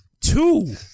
Two